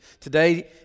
Today